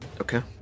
Okay